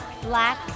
black